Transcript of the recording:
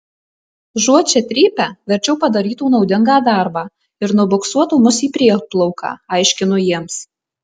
užuot čia trypę verčiau padarytų naudingą darbą ir nubuksuotų mus į prieplauką aiškinu jiems